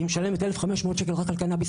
היא משלמת כ-1,500 ₪ רק על קנביס.